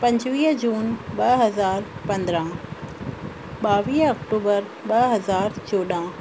पंजवीह जून ॿ हज़ार पंद्रहां ॿावीह अक्टूबर ॿ हज़ार चोॾहां